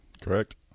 Correct